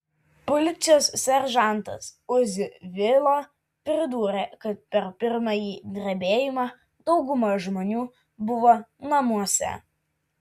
policijos seržantas uzi vila pridūrė kad per pirmąjį drebėjimą dauguma žmonių buvo namuose